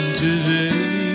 today